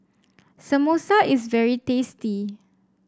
samosa is very tasty